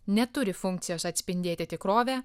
neturi funkcijos atspindėti tikrovę